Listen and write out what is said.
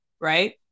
right